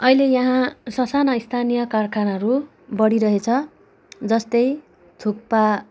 अहिले यहाँ स साना स्थानीय कारखानाहरू बढिरहेछ जस्तै थुक्पा